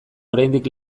oraindik